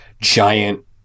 giant